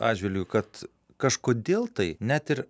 atžvilgiu kad kažkodėl tai net ir